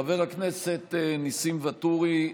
חבר הכנסת ניסים ואטורי,